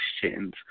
questions